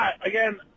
Again